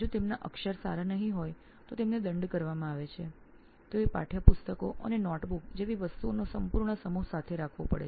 જો તેમના અક્ષર સારા નહીં હોય તો તેમને દંડ કરવામાં આવે છે તેઓએ પાઠયપુસ્તકો અને નોંધપોથી જેવી વસ્તુઓનો આખો ભાર સાથે રાખવો પડશે